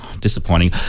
Disappointing